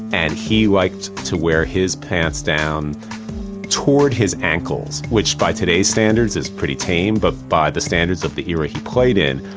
and he liked to wear his pants down toward his ankles, which by today's standards it's pretty tame, but by the standards of the year that he played in,